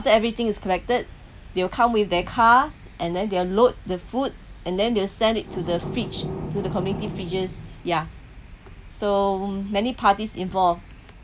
after everything is collected they will come with their cars and then they'll load the food and then they'll send it to the fridge to the community fridges yeah so many parties involved